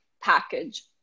package